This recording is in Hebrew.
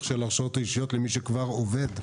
של ההרשאות האישיות למי שכבר עובד?